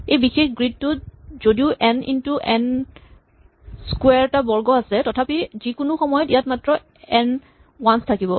এই বিশেষ গ্ৰীড টোত যদিও এন ইন্টু এন এন ক্সোৱাৰ টা বৰ্গ আছে তথাপি যিকোনো সময়ত ইয়াত মাত্ৰ এন ৱানছ থাকিব